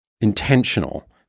intentional